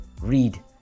read